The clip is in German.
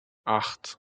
acht